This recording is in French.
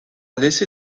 laisser